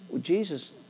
Jesus